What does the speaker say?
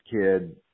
kid